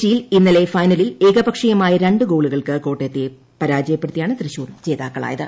കൊച്ചിയിൽ ഇന്നല ഫൈനലിൽ ഏകപക്ഷീയമായ രണ്ടു ഗോളുകൾക്ക് കോട്ടയത്തെ പരാജയപ്പെടുത്തിയാണ് തൃശ്ശൂർ ജേതാക്കളായത്